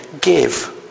give